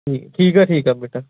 ਠੀਕ ਠੀਕ ਆ ਠੀਕ ਆ ਬੇਟਾ